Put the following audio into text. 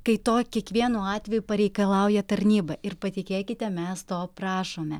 kai to kiekvienu atveju pareikalauja tarnyba ir patikėkite mes to prašome